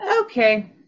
okay